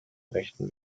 rechten